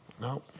No